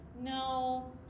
no